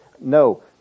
No